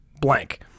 blank